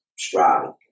Striving